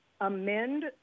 amend